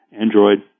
Android